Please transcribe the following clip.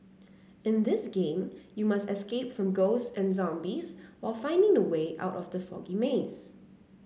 in this game you must escape from ghosts and zombies while finding the way out of the foggy maze